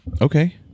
Okay